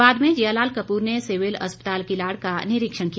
बाद में जियालाल कपूर ने सिविल अस्पताल किलाड़ का निरीक्षण किया